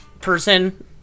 person